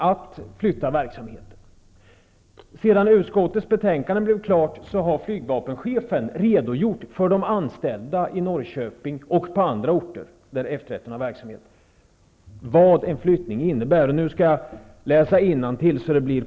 Efter färdigställandet av utskottets betänkande har flygvapenchefen redogjort för de anställda i Norrköping och på andra orter, där F 13 har verksamhet, vad en flyttning innebär.